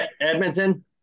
Edmonton